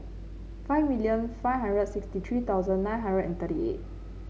five million five hundred sixty three thousand nine hundred and thirty eight